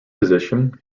position